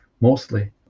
mostly